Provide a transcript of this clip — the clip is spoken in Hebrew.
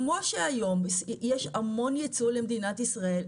כמו שהיום יש המון ייצוא למדינת ישראל,